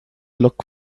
look